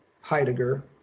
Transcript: Heidegger